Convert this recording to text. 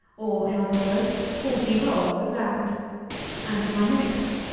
or, in other words, forty rods, of land and, in my next,